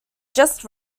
just